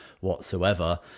whatsoever